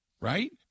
Right